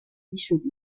richelieu